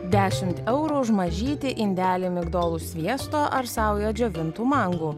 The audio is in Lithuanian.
dešimt eurų už mažytį indelį migdolų sviesto ar sauja džiovintų mangų